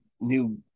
new